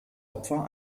opfer